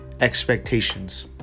expectations